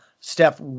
Steph